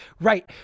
right